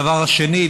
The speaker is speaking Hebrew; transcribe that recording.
הדבר השני,